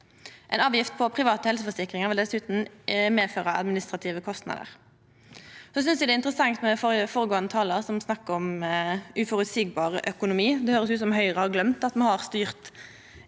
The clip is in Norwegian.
Ei avgift på private helseforsikringar vil dessutan medføra administrative kostnader. Eg synest det er interessant med føregåande talar, som snakka om uføreseieleg økonomi. Det høyrest ut som om Høgre har gløymt at me har styrt